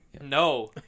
No